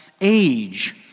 age